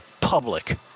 public